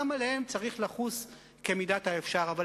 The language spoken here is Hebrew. גם עליהם צריך לחוס כמידת האפשר.